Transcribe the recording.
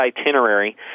itinerary